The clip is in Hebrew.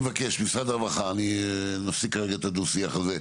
משרד הרווחה נפסיק רגע את הדו-שיח הזה.